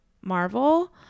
Marvel